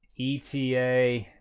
ETA